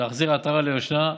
להחזיר עטרה ליושנה.